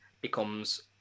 becomes